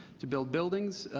to build buildings,